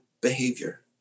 behavior